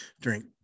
drink